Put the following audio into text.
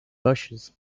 bushes